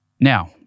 now